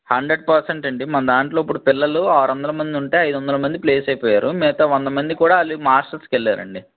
hundred percent అండి మన దాంట్లో ఇప్పుడు పిల్లలు ఆరొందల మంది ఉంటే ఐదొందల మంది ప్లేస్ అయిపోయారు మిగతా వంద మంది కూడా వాళ్ళు మాస్టర్స్కెళ్ళారండి